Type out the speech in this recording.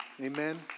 Amen